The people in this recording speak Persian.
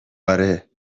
آره